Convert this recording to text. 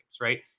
right